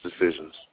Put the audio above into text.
decisions